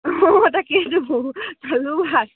অঁ তাকেটো